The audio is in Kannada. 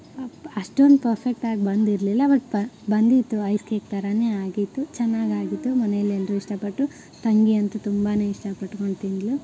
ಅಪ್ಪ ಅಷ್ಟೊಂದು ಪರ್ಫೆಕ್ಟಾಗಿ ಬಂದಿರಲಿಲ್ಲ ಬಟ್ ಬಂದಿತ್ತು ಐಸ್ ಕೇಕ್ ಥರನೇ ಆಗಿತ್ತು ಚೆನ್ನಾಗಾಗಿತ್ತು ಮನೆಯಲ್ಲಿ ಎಲ್ಲರೂ ಇಷ್ಟಪಟ್ಟರು ತಂಗಿ ಅಂತೂ ತುಂಬಾ ಇಷ್ಟಪಟ್ಕೊಂಡು ತಿಂದಳು